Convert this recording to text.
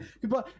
Goodbye